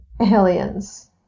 aliens